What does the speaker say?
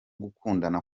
gukundana